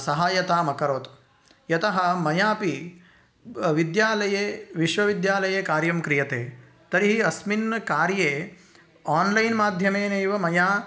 सहायतामकरोत् यतः मयापि विद्यालये विश्वविद्यालये कार्यं क्रियते तर्हि अस्मिन् कार्ये आन्लैन् माध्येमेनैव मया